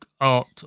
art